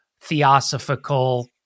theosophical